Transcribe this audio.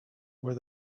where